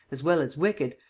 as well as wicked,